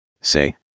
say